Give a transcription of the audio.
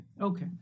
okay